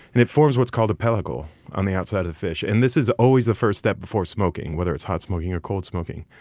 and it forms what's called a pellicle on the outside of the fish. and this is always the first step before smoking, whether it's hot smoking or cold smoking.